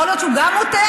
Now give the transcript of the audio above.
יכול להיות שהוא גם מוטעה.